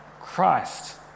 Christ